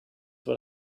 what